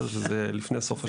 שזה יהיה לפני סוף השנה.